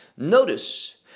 notice